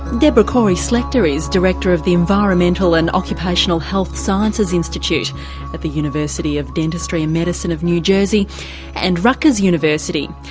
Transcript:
deborah cory-slechta is director of the environmental and occupational health sciences institute at the university of dentistry and medicine of new jersey and rutgers university.